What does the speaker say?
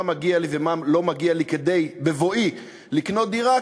מגיע לי ומה לא מגיע לי בבואי לקנות דירה,